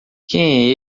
quem